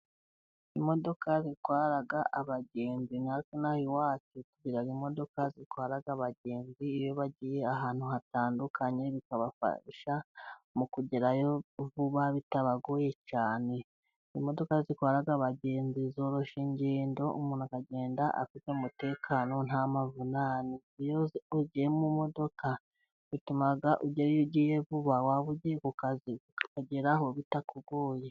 Imodoka zitwara abagenzi natwe ino aha iwacu tugira imodoka zitwara abagenzi, iyo bagiye ahantu hatandukanye bikabafasha mu kugerayo vuba bitabagoye cyane. Imodoka zitwara abagenzi zoroshya ingendo, umuntu akagenda afite umutekano nta mavunane, iyo uzi ko ugiye mu modoka bituma ujyera iyo ugiye vuba, waba ugiye ku kazi ukagerayo bitakugoye.